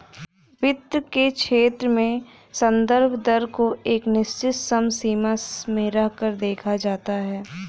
वित्त के क्षेत्र में संदर्भ दर को एक निश्चित समसीमा में रहकर देखा जाता है